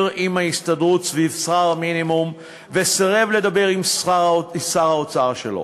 עם ההסתדרות סביב שכר המינימום וסירב לדבר עם שר האוצר שלו,